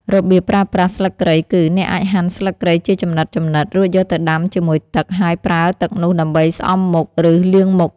របៀបប្រើប្រាស់ស្លឹកគ្រៃគឺ អ្នកអាចហាន់ស្លឹកគ្រៃជាចំណិតៗ រួចយកទៅដាំជាមួយទឹក ហើយប្រើទឹកនោះដើម្បីស្អំមុខ ឬលាងមុខ។